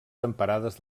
temperades